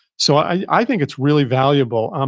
so i think it's really valuable. um